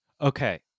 okay